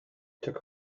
took